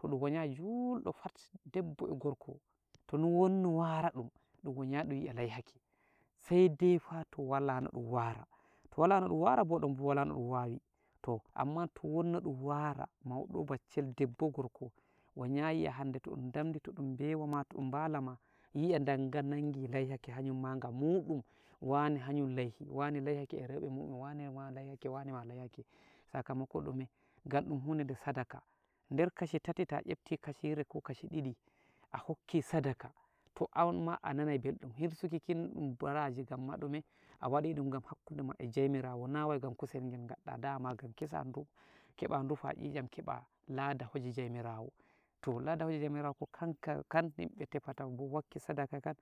Toh ɗun wanyayi julɗo pat, debbo e gorko toni won no waraɗum, ɗun wanyayi dun yi'a laihake, sai dai fah to wala no ɗum wara, to wala noɗun wara bo, don bo wala no dun wawi, toh, amma to won no ɗun wara, mauɗo, baccel, debbo, gorko wanyayi yi'a hande to ɗun damdi, to ɗun bewa ma, to ɗun bala ma yi'a danga nangi laihake hanaumma ngamuɗum, wane hanum laihi, wane laihake e rauɓe muɗum, wanema laihake, wanema laihake, sakamako ɗume? gam ɗun hude de sadaka, der kashi tati ta nyepti kashire ko kashi ɗiɗi a hokki sadaka, to amma ananai belɗum, hirsuki kin dun baraji gamma ɗume a wadi dum gam hakkude ma e jomirawo, nawai gam kusel ngel ngaɗɗa, dama gam kisadu, keɓa dufa nyinyam keɓa lada hoje jomirawo, to lada heje jomirawo kanakankan yimbe tefata, bo wakki sadaka kan,